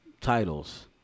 titles